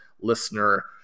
listener